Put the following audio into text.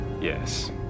Yes